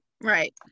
Right